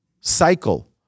cycle